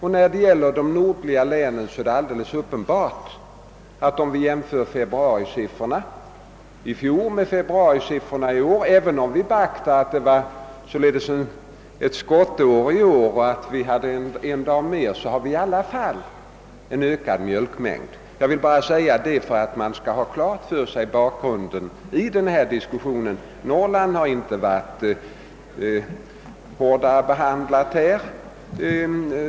I fråga om de nordliga länen är det alldeles uppenbart, om vi jämför februarisiffrorna i fjol med februarisiffrorna i år — även om vi beaktar att det är skottår i år och att vi hade en dag mer — att mjölkmängden har ökat. Jag har velat säga detta för att man skall ha bakgrunden klar för sig i denna diskussion. Norrland har inte varit hårt behandlat.